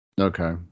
Okay